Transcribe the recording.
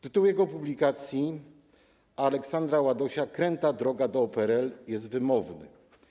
Tytuł jego publikacji „Aleksandra Ładosia kręta droga do PRL” jest wymowny.